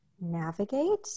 navigate